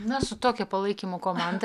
nesu tokio palaikymo komanda